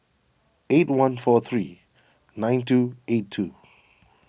eight one four three nine two eight two